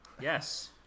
Yes